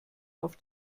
auf